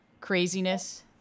craziness